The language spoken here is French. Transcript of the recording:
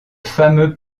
fameux